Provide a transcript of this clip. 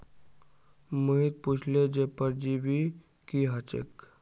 मोहित पुछले जे परजीवी की ह छेक